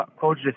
coach